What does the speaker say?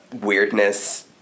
weirdness